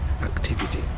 activity